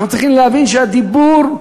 אנחנו צריכים להבין שהדיבור,